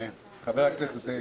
פינדרוס,